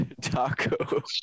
taco